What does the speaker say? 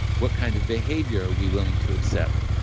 what kind of behavior are we willing to accept?